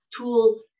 tools